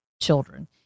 children